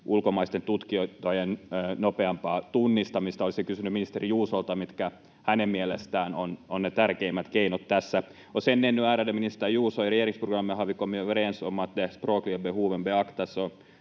ulkomaisten tutkintojen nopeampaa tunnistamista. Olisin kysynyt ministeri Juusolta, mitkä hänen mielestään ovat ne tärkeimmät keinot tässä. Och sedan ännu, ärade minister Juuso: I regeringsprogrammet